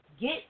Get